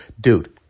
dude